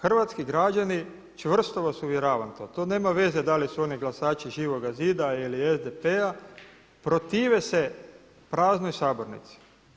Hrvatski građani čvrsto vas uvjeravam, to nema veze da li su oni glasači Živoga zida ili SDP-a protive se praznoj sabornici.